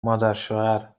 مادرشوهرچشمت